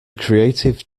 creative